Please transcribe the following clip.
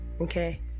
Okay